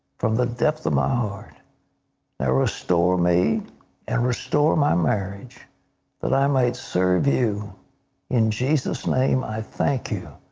from the depth of my heart and restore me and restore my marriage that i might serve you in jesus name i thank you.